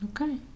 Okay